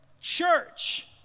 church